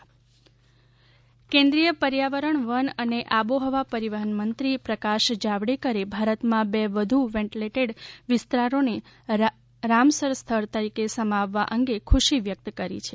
Javadekar Ramsar કેન્દ્રીય પર્યાવરણ વન અને આબોહવા પરિવર્તન મંત્રી પ્રકાશ જાવડેકરે ભારતમાં બે વધુ વેટલેન્ડ વિસ્તારોને રામસર સ્થળ તરીકે સમાવવા અંગે ખુશી વ્યક્ત કરી છે